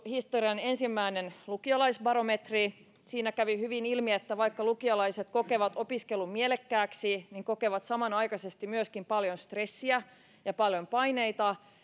historian ensimmäinen lukiolaisbarometri siinä kävi hyvin ilmi että vaikka lukiolaiset kokevat opiskelun mielekkääksi he kokevat samanaikaisesti myöskin paljon stressiä ja paljon paineita